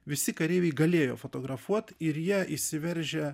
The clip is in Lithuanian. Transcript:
visi kareiviai galėjo fotografuot ir jie įsiveržę